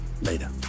Later